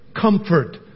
comfort